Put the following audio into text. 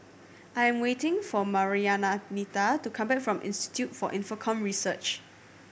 I am waiting for Marianita to come back from Institute for Infocomm Research